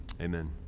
Amen